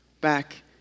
Back